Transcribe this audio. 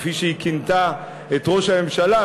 כפי שהיא כינתה את ראש הממשלה,